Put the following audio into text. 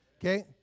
okay